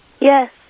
Yes